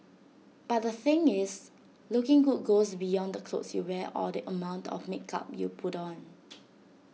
but the thing is looking good goes beyond the clothes you wear or the amount of makeup you put on